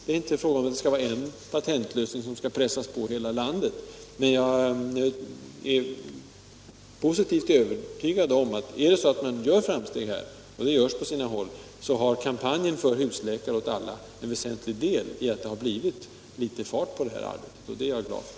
Det är inte fråga om att en patentlösning skall pressas på sjukvården i hela landet. Men jag är positivt övertygad om att i den mån framsteg görs på detta område — och sådana förekommer på sina håll — har kampanjen för husläkare åt alla en väsentlig del i förtjänsten härför.